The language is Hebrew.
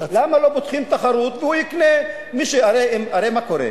למה לא פותחים תחרות והוא יקנה, הרי מה קורה?